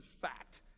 fact